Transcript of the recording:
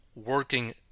working